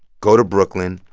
go to brooklyn,